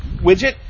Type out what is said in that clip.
widget